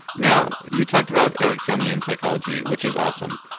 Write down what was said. now you talked about ericksonian psychology, which is awesome.